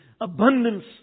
abundance